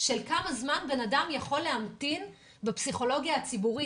של כמה זמן אדם יכול להמתין בפסיכולוגיה הציבורית.